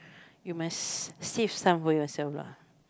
you must save some for yourself lah